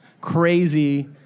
crazy